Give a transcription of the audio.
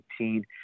2018